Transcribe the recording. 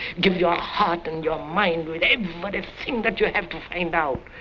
give your heart and your mind with every but thing that you have to find out.